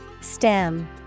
stem